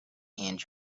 and